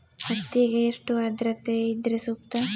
ಹತ್ತಿಗೆ ಎಷ್ಟು ಆದ್ರತೆ ಇದ್ರೆ ಸೂಕ್ತ?